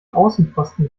außenposten